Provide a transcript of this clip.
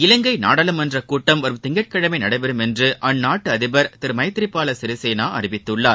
இலங்கைநாடாளுமன்றகூட்டம் வரும் திங்கட்கிழமைநடைபெறும் எ்ன்றுஅந்நாட்டுஅதிபர் திருமைத்ரிபாலசிறிசேனாஅறிவித்துள்ளார்